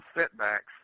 setbacks